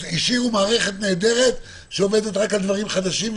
אז השאירו מערכת נהדרת שעומדת רק על דברים חדשים.